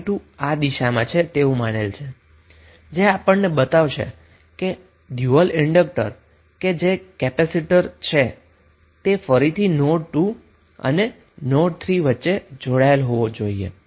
તો આ આપણને બતાવશે કે ઈન્ડકટરનુ ડયુઅલ કે જે કેપેસિટર છે તે ફરીથી નોડ 2 અને નોડ 3 વચ્ચે જોડાયેલ હશે